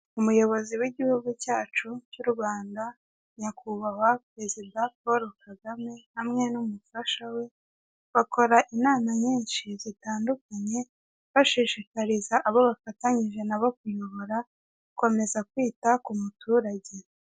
Umuyobozi w'igihugu cyacu cy'Urwanda nyakubahwa perezida Polo Kagame hamwe n'umufasha we, bakora inama nyinshi zitandukanye bashishikariza abo bafatanyije na bo kuyobora gukomeza kwita k'umuturage.